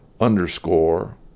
underscore